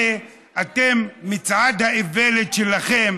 אתם, מצעד האיוולת שלכם